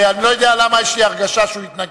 אני לא יודע למה יש לי הרגשה שהוא יתנגד.